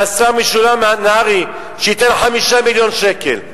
מהשר משולם נהרי, שייתן 5 מיליון שקל.